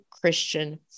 Christian